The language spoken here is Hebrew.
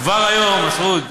כבר היום, מסעוד,